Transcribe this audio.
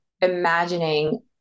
imagining